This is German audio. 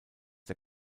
der